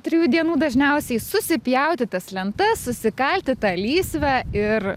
trijų dienų dažniausiai susipjauti tas lentas susikalti tą lysvę ir